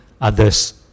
others